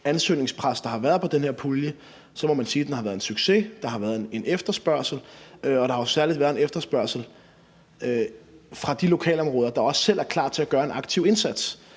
ansøgningspres, der har været på den her pulje, så må man sige, at den har været en succes, at der har været en efterspørgsel, og at der jo særlig har været en efterspørgsel fra de lokalområder, der også selv er klar til at gøre en aktiv indsats.